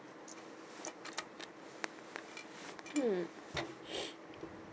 hmm